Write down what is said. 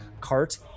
cart